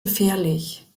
gefährlich